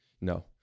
No